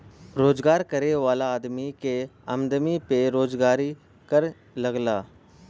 रोजगार करे वाला आदमी के आमदमी पे रोजगारी कर लगला